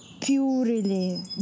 purely